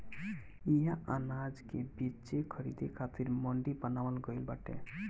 इहा अनाज के बेचे खरीदे खातिर मंडी बनावल गइल बाटे